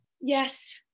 Yes